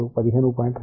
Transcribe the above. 2 సెం